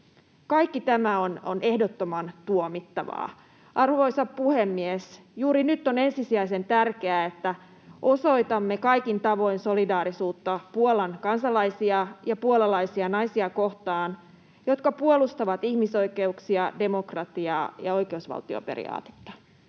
Kaikki tämä on ehdottoman tuomittavaa. Arvoisa puhemies! Juuri nyt on ensisijaisen tärkeää, että osoitamme kaikin tavoin solidaarisuutta Puolan kansalaisia ja puolalaisia naisia kohtaan, jotka puolustavat ihmisoikeuksia, demokratiaa ja oikeusvaltioperiaatetta.